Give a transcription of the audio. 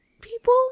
people